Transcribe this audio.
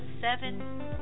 seven